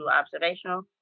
observational